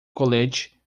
colete